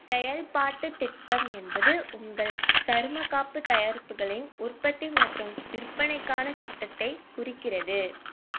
செயல்பாட்டுத் திட்டம் என்பது உங்கள் சருமக் காப்புத் தயாரிப்புகளின் உற்பத்தி மற்றும் விற்பனைக்கான திட்டத்தைக் குறிக்கிறது